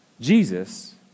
Jesus